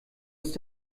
ist